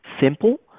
simple